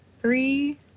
three